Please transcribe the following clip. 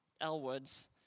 Elwood's